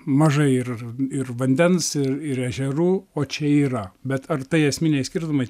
mažai ir ir vandens ir ir ežerų o čia yra bet ar tai esminiai skirtumai